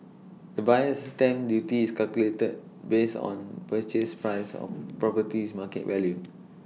the buyer's stamp duty is calculated based on purchase price or property's market value